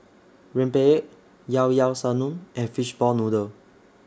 Rempeyek Llao Llao Sanum and Fishball Noodle